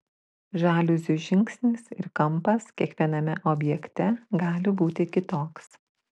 žaliuzių žingsnis ir kampas kiekviename objekte gali būti kitoks